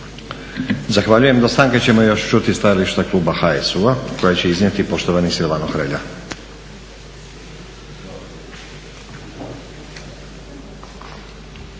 Zahvaljujem. Do stanke ćemo još čuti stajališta kluba HSU-a koje će iznijeti poštovani Silvano Hrelja.